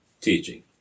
teaching